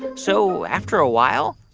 so after a while,